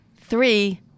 Three